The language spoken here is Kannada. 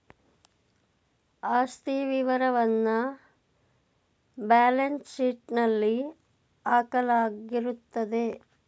ಆಸ್ತಿ ವಿವರವನ್ನ ಬ್ಯಾಲೆನ್ಸ್ ಶೀಟ್ನಲ್ಲಿ ಹಾಕಲಾಗಿರುತ್ತದೆ